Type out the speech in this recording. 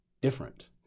different